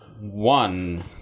one